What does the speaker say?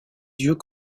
yeux